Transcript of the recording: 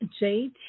JT